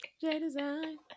J-Design